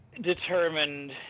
determined